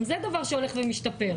גם זה דבר שהולך ומשתפר.